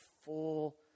full